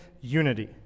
unity